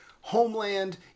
Homeland